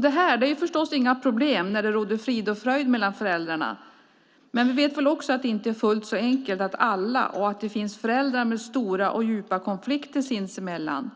Det här är förstås inget problem när det råder frid och fröjd mellan föräldrarna, men vi vet väl också att det inte är fullt så enkelt för alla och att det finns föräldrar med stora och djupa konflikter sinsemellan,